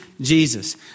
Jesus